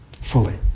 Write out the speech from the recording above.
fully